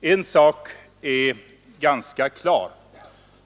En sak är ganska klar.